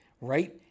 right